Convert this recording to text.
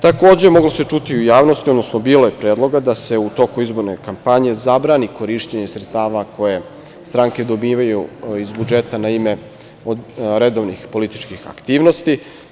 Takođe, moglo se čuti u javnosti, odnosno bilo je predloga da se u toku izborne kampanje zabrani korišćenje sredstava koje stranke dobijaju iz budžeta, na ime redovnih političkih aktivnosti.